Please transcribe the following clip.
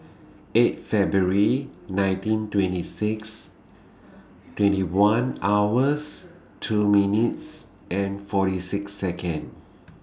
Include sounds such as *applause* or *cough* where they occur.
*noise* eight February nineteen twenty six *noise* twenty one hours two minutes forty six Second